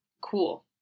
cool